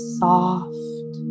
soft